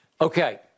Okay